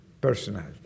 personality